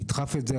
תדחף את זה,